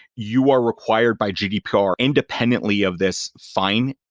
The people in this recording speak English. you are required by gdpr independently of this fine,